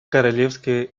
королевские